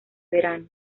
verano